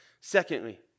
Secondly